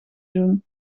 doen